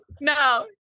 no